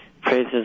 praises